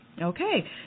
Okay